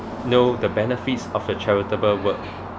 know the benefits of the charitable work